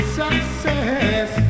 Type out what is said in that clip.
success